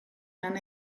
lan